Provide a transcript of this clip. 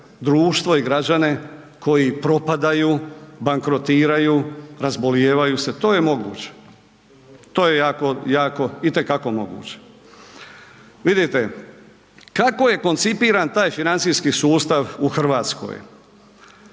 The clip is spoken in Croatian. društvo i građane koji propadaju, bankrotiraju, razbolijevaju se, to je moguće, to je jako, jako, itekako moguće. Vidite kako je koncipiran taj financijski sustav u RH,